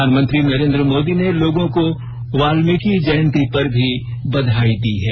प्रधानमंत्री नरेंद्र मोदी ने लोगों को वाल्मीकि जयंती पर भी बधाई दी है